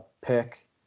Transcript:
pick